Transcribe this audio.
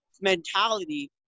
mentality